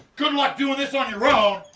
good luck doing this on your own.